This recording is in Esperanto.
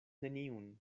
neniun